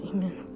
Amen